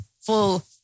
full